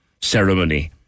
ceremony